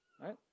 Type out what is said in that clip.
right